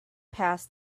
pass